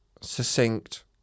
succinct